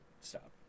stop